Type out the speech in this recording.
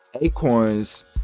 acorns